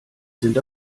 sind